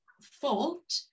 fault